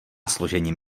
složením